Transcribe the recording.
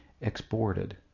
exported